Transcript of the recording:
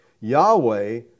Yahweh